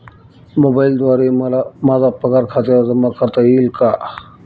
मोबाईलद्वारे मला माझा पगार खात्यावर जमा करता येईल का?